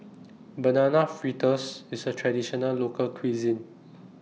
Banana Fritters IS A Traditional Local Cuisine